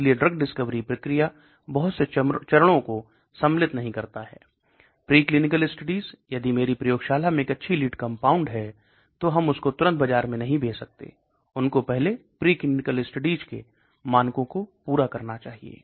इसलिए drug discovery प्रक्रिया बहुत से चरणों को सम्मलित नहीं करता है प्रीक्लिनिकल स्टडीज यदि मेरी प्रयोगशाला में एक अच्छी लीड कंपाउंड है तो हम उसको तुरंत बाजार में नहीं भेज सकते उनको पहले प्रीक्लिनिकल स्टडीज के मानकों को पूरा करना चाहिए